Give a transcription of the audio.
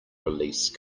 release